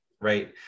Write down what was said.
right